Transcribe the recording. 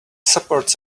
supports